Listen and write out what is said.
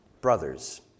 Brothers